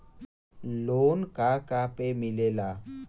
Loan का का पे मिलेला?